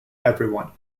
everyone